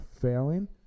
failing